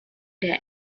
der